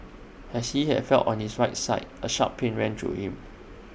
as she has fell on his right side A sharp pain ran through him